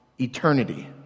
eternity